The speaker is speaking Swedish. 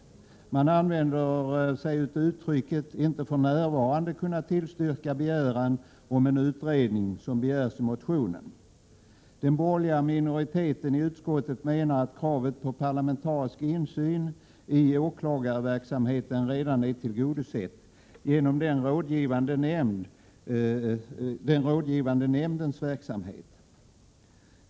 Utskottet använder sig av formuleringen att man kan ”inte för närvarande tillstyrka en sådan utredning som begärs i motionen”. Den borgerliga minoriteten i utskottet menar att kravet på parlamentarisk insyn i åklagarverksamheten redan är tillgodosett genom den rådgivande nämndens verksamhet.